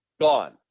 gone